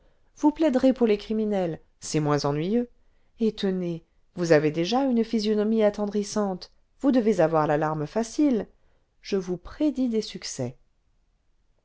vous plaiderez pour les criminels c'est moins ennuyeux et tenez vous avez déjà une physionomie attendrissante vous devez avoir la larme facile je vous prédis des succès